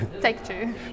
Take-Two